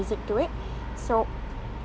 music sit to it so